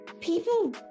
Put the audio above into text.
people